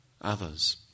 others